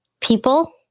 people